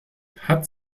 hat